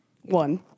One